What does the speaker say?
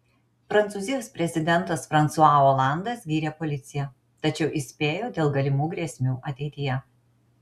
prancūzijos prezidentas fransua olandas gyrė policiją tačiau įspėjo dėl galimų grėsmių ateityje